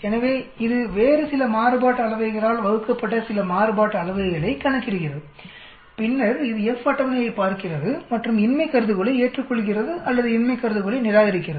எனவே இது வேறு சில மாறுபாட்டு அளவைகளால் வகுக்கப்பட்ட சில மாறுபாட்டு அளவைகளை கணக்கிடுகிறது பின்னர் இது F அட்டவணையைப் பார்க்கிறது மற்றும் இன்மை கருதுகோளை ஏற்றுக்கொள்கிறது அல்லது இன்மை கருதுகோளை நிராகரிக்கிறது